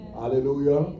hallelujah